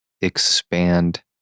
expand